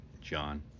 John